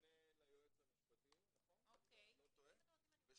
המשנה ליועץ המשפטי, אם אני לא טועה.